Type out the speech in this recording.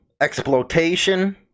exploitation